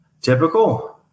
typical